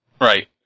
Right